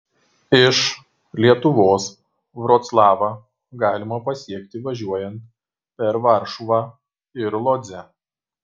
iš lietuvos vroclavą galima pasiekti važiuojant per varšuvą ir lodzę